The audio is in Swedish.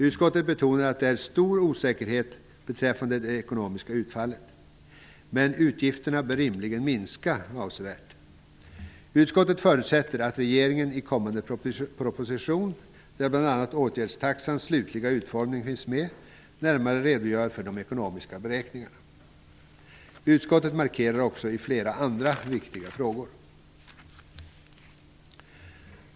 Utskottet betonar att det råder stor osäkerhet beträffande det ekonomiska utfallet men att utgifterna rimligen bör minska avsevärt. Utskottet förutsätter att regeringen i kommande proposition, där bl.a. åtgärdstaxans slutliga utformning finns med, närmare skall redogöra för de ekonomiska beräkningarna. Utskottet gör markeringar också i flera andra viktiga frågor.